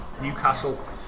Newcastle